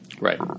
Right